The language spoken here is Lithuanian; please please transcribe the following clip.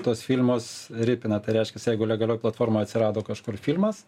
tuos filmus ripina tai reiškias jeigu legalioj platformoj atsirado kažkur filmas